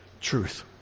truth